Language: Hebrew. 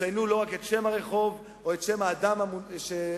לא רק את שם הרחוב או את שם האדם שמונצח,